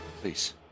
Please